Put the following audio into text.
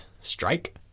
Strike